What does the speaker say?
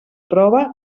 prova